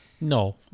No